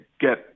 get